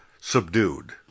subdued